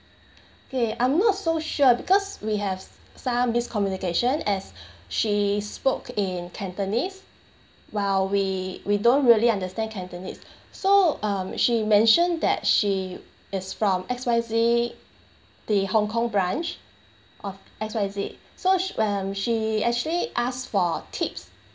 okay I'm not so sure because we have some miscommunication as she spoke in cantonese while we we don't really understand cantonese so um she mentioned that she is from X Y Z the hong kong branch of X Y Z so s~ um she actually asked for tips